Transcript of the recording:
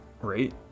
Right